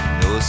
no